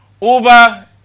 over